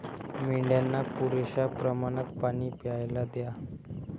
मेंढ्यांना पुरेशा प्रमाणात पाणी प्यायला द्या